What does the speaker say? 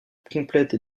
complète